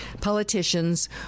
politicians